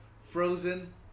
Frozen